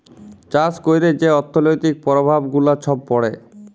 চাষ ক্যইরে যে অথ্থলৈতিক পরভাব গুলা ছব পড়ে